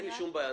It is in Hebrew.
אין לי שום בעיה.